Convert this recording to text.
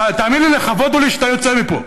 תאמין לי, לכבוד הוא לי שאתה יוצא מפה.